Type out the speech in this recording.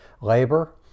labor